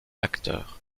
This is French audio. acteur